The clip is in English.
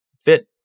fit